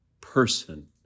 person